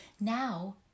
Now